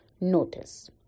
notice